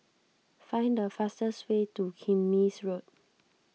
find the fastest way to Kismis Road